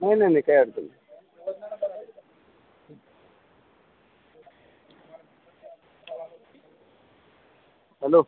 नाही नाही नाही काय अडचण नाही हॅलो